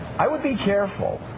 i would be careful